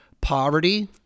poverty